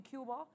Cuba